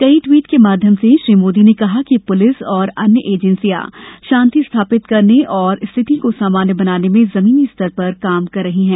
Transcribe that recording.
कई ट्वीट के माध्यम से श्री मोदी ने कहा कि पुलिस तथा अन्य एजेंसियां शांति स्थापित करने और स्थिति को सामान्य बनाने में जमीनी स्तर पर काम कर रही हैं